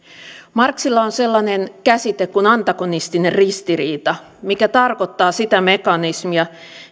marxilla on sellainen käsite kuin antagonistinen ristiriita joka tarkoittaa sitä mekanismia